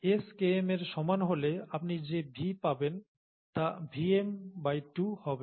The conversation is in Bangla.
S Km এর সমান হলে আপনি যে V পাবেন তা Vm2 হবে